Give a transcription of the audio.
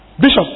Bishop